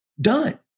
done